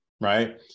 Right